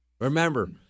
Remember